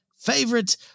favorite